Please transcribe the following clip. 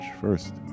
first